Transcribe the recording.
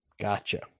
Gotcha